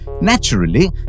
naturally